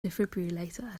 defibrillator